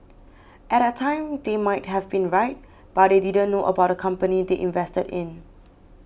at that time they might have been right but they didn't know about the company they invested in